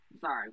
sorry